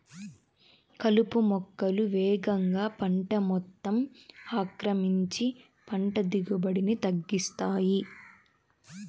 కలుపు మొక్కలు వేగంగా పంట మొత్తం ఆక్రమించి పంట దిగుబడిని తగ్గిస్తాయి